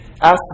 ask